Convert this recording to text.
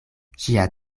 ŝia